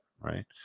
right